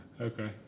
Okay